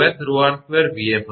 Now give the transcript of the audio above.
તેથી તે 𝜌𝑠𝜌𝑟2𝑣𝑓 હશે